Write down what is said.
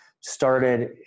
started